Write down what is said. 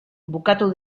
bukatu